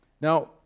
Now